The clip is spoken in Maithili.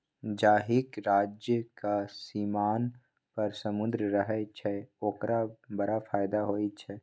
जाहिक राज्यक सीमान पर समुद्र रहय छै ओकरा बड़ फायदा होए छै